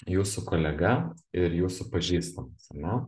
jūsų kolega ir jūsų pažįstamas ar ne